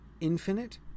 Infinite